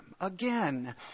again